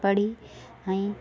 पढ़ी ऐं